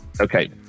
Okay